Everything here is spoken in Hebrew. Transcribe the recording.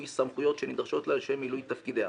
סמכויות שנדרשות לה לשם מילוי תפקידיה.